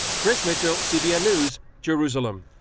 chris mitchell, cbn news, jerusalem.